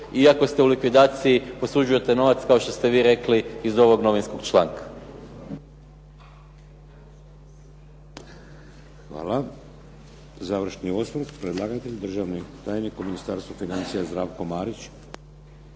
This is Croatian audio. iako ste u likvidaciji posuđujete novac, kao što ste vi rekli iz ovog novinskog članka. **Šeks, Vladimir (HDZ)** Hvala. Završni osvrt, predlagatelj državni tajnik u Ministarstvu financija, Zdravko Marić.